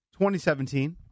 2017